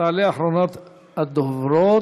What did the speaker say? תעלה אחרונת הדוברות,